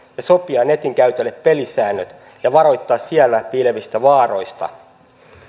ja sopia netin käytölle pelisäännöt ja varoittaa siellä piilevistä vaaroista